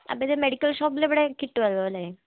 അപ്പോയിത് medical ഷോപ്പിൽ ഇവിടെ കിട്ടുവല്ലോല്ലേ